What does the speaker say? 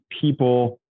people